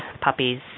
puppies